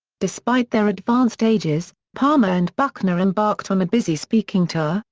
despite their advanced ages, palmer and buckner embarked on a busy speaking tour,